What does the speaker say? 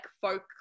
folk